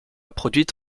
produite